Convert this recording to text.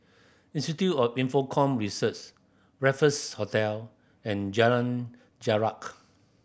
Institute of Infocomm Research Raffles Hotel and Jalan Jarak